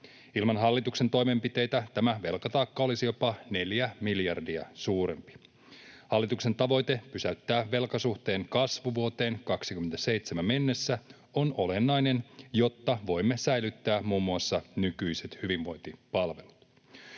Ilman hallituksen toimenpiteitä tämä velkataakka olisi jopa neljä miljardia suurempi. Hallituksen tavoite pysäyttää velkasuhteen kasvu vuoteen 27 mennessä on olennainen, jotta voimme säilyttää muun muassa nykyiset hyvinvointipalvelut.